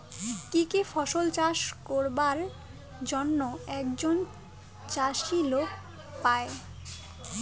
কি কি ফসল চাষ করিবার জন্যে একজন চাষী লোন পায়?